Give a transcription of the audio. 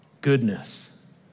goodness